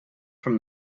from